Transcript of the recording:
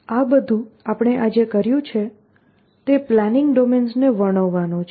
આ બધું આપણે આજે કર્યું છે તે પ્લાનિંગ ડોમેન્સ ને વર્ણવવાનું છે